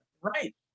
Right